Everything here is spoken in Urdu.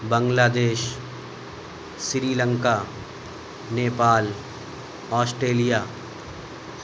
بنگلہ دیش سری لنکا نیپال آسٹیلیا